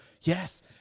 Yes